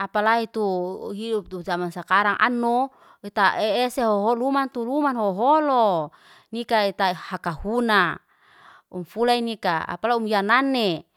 Apalai tu hiuptu zaman sakarang ano. Lita ese ho huluman tu luman hoholo, nikai ta hakay hunai. Umfulai nika apalo umyanane.